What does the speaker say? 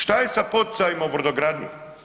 Šta je sa poticajima u brodogradnji?